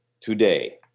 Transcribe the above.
today